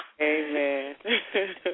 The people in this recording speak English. Amen